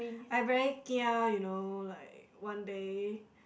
I very kia you know like one day